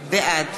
בעד